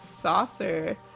Saucer